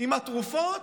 עם התרופות,